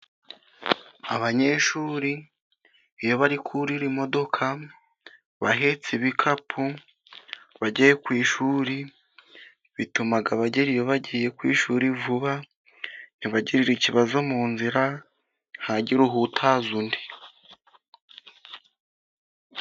Abanyeshuri iyo bari kurira imodoka, bahetse ibikapu, bagiye ku ishuri, bituma bagera iyo bagiye ku ishuri vuba, ntibagirire ikibazo mu nzira, ntihagire uhutaza undi.